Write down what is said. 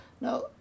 Now